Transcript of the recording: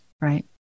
right